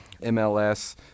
mls